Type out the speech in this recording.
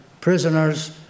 prisoners